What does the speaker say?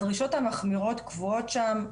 הדרישות המחמירות קבועות שם.